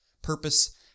purpose